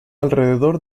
alrededor